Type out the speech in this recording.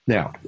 Now